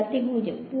വിദ്യാർത്ഥി 0